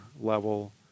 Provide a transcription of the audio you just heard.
level